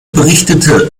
berichtete